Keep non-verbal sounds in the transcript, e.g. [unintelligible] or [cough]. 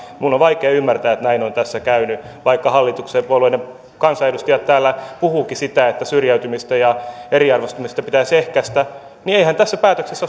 minun on vaikea ymmärtää että näin on tässä käynyt vaikka hallituspuolueiden kansanedustajat täällä puhuvatkin siitä että syrjäytymistä ja eriarvoistumista pitäisi ehkäistä niin eihän tässä päätöksessä [unintelligible]